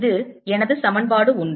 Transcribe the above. இது எனது சமன்பாடு 1